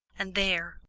and there,